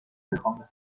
نمیخوام